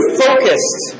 focused